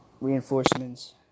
reinforcements